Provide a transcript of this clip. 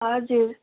हजुर